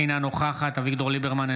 אינה נוכחת אביגדור ליברמן,